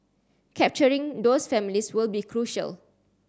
capturing those families will be crucial